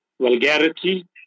vulgarity